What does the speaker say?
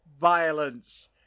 violence